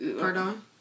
Pardon